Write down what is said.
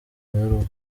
baruwa